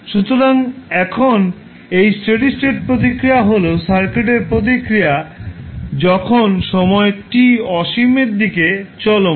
সুতরাং এখন এই স্টেডি স্টেট প্রতিক্রিয়া হল সার্কিটের প্রতিক্রিয়া যখন সময় t অসীমের দিকে চলমান